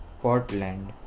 Portland